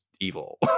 evil